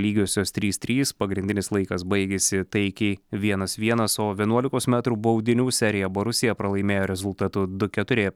lygiosios trys trys pagrindinis laikas baigėsi taikiai vienas vienas o vienuolikos metrų baudinių seriją borusija pralaimėjo rezultatu du keturi